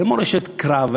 אין מורשת קרב,